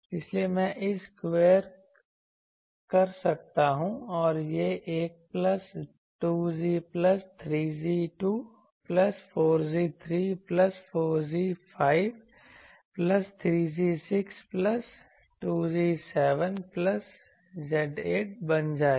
इसलिए मैं इसे स्क्वायर कर सकता हूं और यह 1 plus 2Z plus 3Z2 plus 4Z3 plus 5Z5 plus 3Z6 plus 2Z7 plus Z8 बन जाएगा